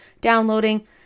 downloading